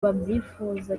babyifuza